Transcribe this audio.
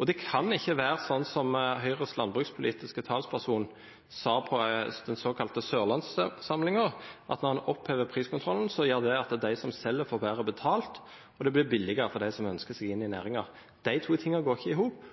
Og det kan ikke være sånn som Høyres landbrukspolitiske talsperson sa på den såkalte Sørlandssamlingen, at det å oppheve priskontrollen gjør at de som selger, får bedre betalt, og det blir billigere for dem som ønsker seg inn i næringen. De to tingene går ikke i hop,